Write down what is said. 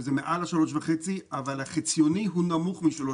שזה מעל ה-3.5 אבל החציוני הוא נמוך מ-3.5.